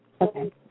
Okay